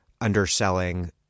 underselling